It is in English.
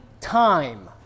time